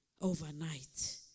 overnight